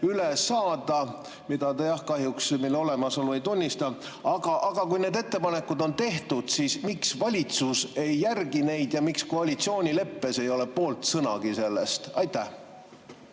üle saada, mille olemasolu te jah kahjuks ei tunnista … Aga kui need ettepanekud on tehtud, siis miks valitsus ei järgi neid ja miks koalitsioonileppes ei ole poolt sõnagi sellest? Aitäh!